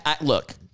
look